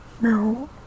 No